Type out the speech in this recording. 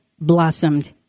blossomed